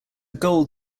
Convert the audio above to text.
gold